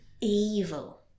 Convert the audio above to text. evil